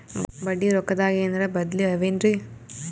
ಬಡ್ಡಿ ರೊಕ್ಕದಾಗೇನರ ಬದ್ಲೀ ಅವೇನ್ರಿ?